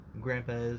grandpa's